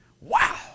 Wow